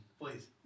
please